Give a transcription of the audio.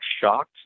shocked